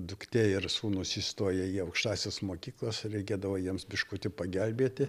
duktė ir sūnus įstoję į aukštąsias mokyklas reikėdavo jiems biškutį pagelbėti